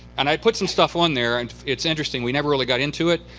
and i put some stuff on there, and it's interesting, we never really got into it.